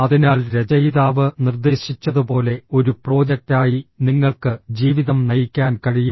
അതിനാൽ രചയിതാവ് നിർദ്ദേശിച്ചതുപോലെ ഒരു പ്രോജക്റ്റായി നിങ്ങൾക്ക് ജീവിതം നയിക്കാൻ കഴിയും